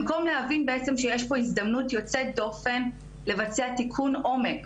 במקום להבין שיש פה הזדמנות יוצאת דופן לבצע תיקון עומק